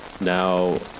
now